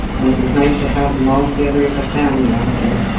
and it was nice to have them all together as a family after